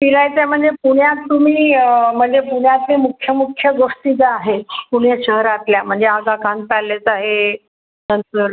फिरायच्या म्हणजे पुण्यात तुम्ही म्हणजे पुण्यातले मुख्य मुख्य गोष्टी ज्या आहेत पुणे शहरातल्या म्हणजे आगाखान पॅलेस आहे नंतर